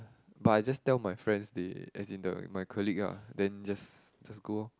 but I just tell my friends they as in the my colleague ah then just just go lor